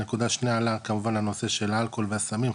הנקודה השנייה עלה כמובן הנושא של האלכוהול והסמים,